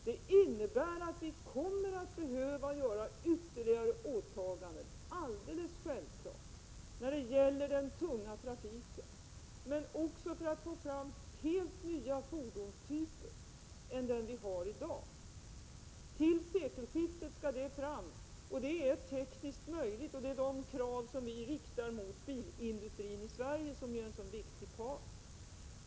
Det innebär att vi kommer att behöva vidta ytterligare åtgärder — det är självklart — när det gäller den tunga trafiken, men också för att få fram helt nya fordonstyper än dem vi har i dag. Till sekelskiftet skall de fram. Det är tekniskt möjligt. Det är dessa krav som vi ställer på bilindustrin i Sverige, eftersom bilindustrin ju är en mycket viktig part.